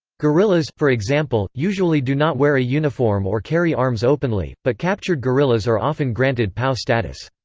guerrillas, for example, usually do not wear a uniform or carry arms openly, but captured guerrillas are often granted pow status.